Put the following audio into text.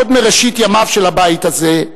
עוד מראשית ימיו של הבית הזה,